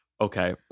Okay